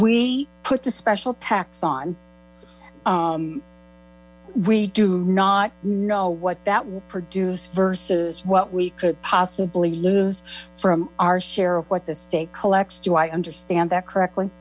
we put the special tax on we do not know what that will produce versus what we could possibly lose from our share of what the state collects do i understand that correctly